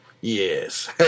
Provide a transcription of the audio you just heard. yes